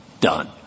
done